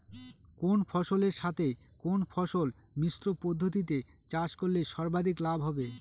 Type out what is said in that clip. কোন ফসলের সাথে কোন ফসল মিশ্র পদ্ধতিতে চাষ করলে সর্বাধিক লাভ হবে?